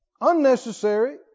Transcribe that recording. Unnecessary